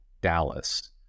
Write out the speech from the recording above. Dallas